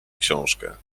książkę